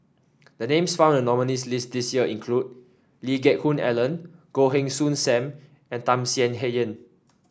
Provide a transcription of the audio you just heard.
the names found in the nominees' list this year include Lee Geck Hoon Ellen Goh Heng Soon Sam and Tham Sien Yen